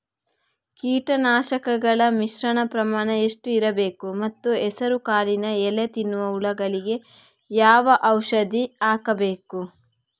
ಕೀಟನಾಶಕಗಳ ಮಿಶ್ರಣ ಪ್ರಮಾಣ ಎಷ್ಟು ಇರಬೇಕು ಮತ್ತು ಹೆಸರುಕಾಳಿನ ಎಲೆ ತಿನ್ನುವ ಹುಳಗಳಿಗೆ ಯಾವ ಔಷಧಿ ಹಾಕಬೇಕು?